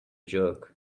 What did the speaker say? jerk